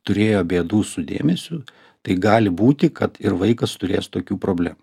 turėjo bėdų su dėmesiu tai gali būti kad ir vaikas turės tokių problemų